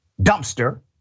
dumpster